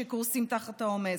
שקורסים תחת העומס.